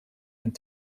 and